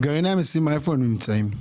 איפה גרעיני המשימה נמצאים?